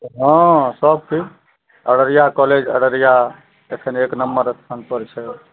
हँ सब चीज अररिया कॉलेज अररिया एखन एक नंबर स्थानपर छै